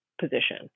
position